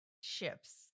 ships